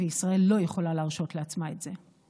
וישראל לא יכולה להרשות לעצמה את זה.